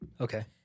Okay